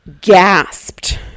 Gasped